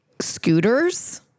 scooters